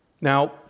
now